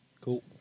Cool